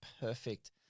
perfect